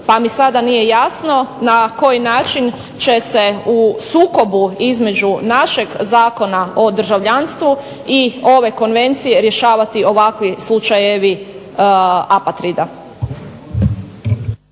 Pa mi sada nije jasno na koji način će se u sukobu između našeg zakona o državljanstvu i ove konvencije rješavati ovakvi slučajevi apatrida.